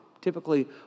typically